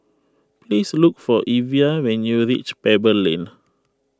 please look for Evia when you reach Pebble Lane